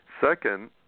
Second